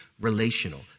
relational